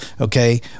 Okay